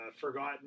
forgotten